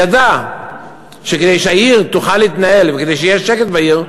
ידע שכדי שהעיר תוכל להתנהל, וכדי שיהיה שקט בעיר,